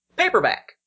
paperback